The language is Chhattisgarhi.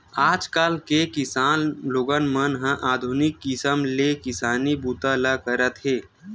आजकाल के किसान लोगन मन ह आधुनिक किसम ले किसानी बूता ल करत हे